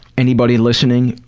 anybody listening,